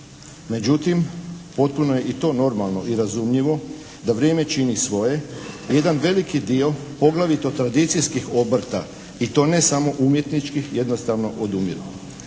Međutim, potpuno je i to normalno i razumljivo da vrijeme čini svoje. Jedan veliki dio poglavito tradicijskih obrta i to ne samo umjetničkih jednostavno odumiru.